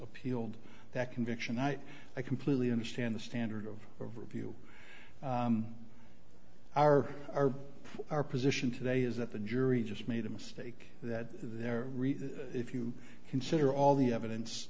appealed that conviction night i completely understand the standard of overview our our our position today is that the jury just made a mistake that there if you consider all the evidence